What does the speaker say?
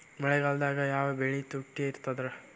ಮಳೆಗಾಲದಾಗ ಯಾವ ಬೆಳಿ ತುಟ್ಟಿ ಇರ್ತದ?